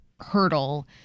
hurdle